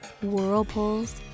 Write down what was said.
whirlpools